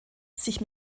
sich